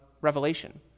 Revelation